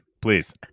please